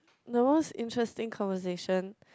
the most interesting conversation